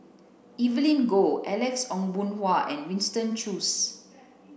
Evelyn Goh Alex Ong Boon Hau and Winston Choos